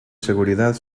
seguridad